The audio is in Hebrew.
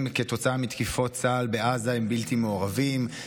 כתוצאה מתקיפות צה"ל בעזה הם בלתי מעורבים,